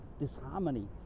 disharmony